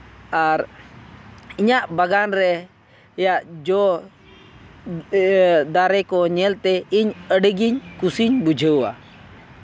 ᱟᱨ ᱤᱧᱟᱹᱜ ᱵᱟᱜᱟᱱ ᱨᱮ ᱤᱧᱟᱹᱜ ᱡᱚ ᱤᱭᱟᱹ ᱫᱟᱨᱮ ᱠᱚ ᱧᱮᱞᱛᱮ ᱤᱧ ᱟᱹᱰᱤᱜᱤᱧ ᱠᱩᱥᱤᱧ ᱵᱩᱡᱷᱟᱹᱣᱟ